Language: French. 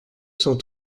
cent